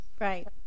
Right